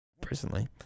personally